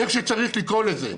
כפי שצריך לקרוא לזה.